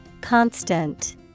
Constant